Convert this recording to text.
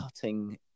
cutting